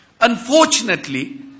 Unfortunately